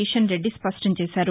కిషన్రెడ్డి స్పష్టంచేశారు